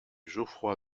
geoffroy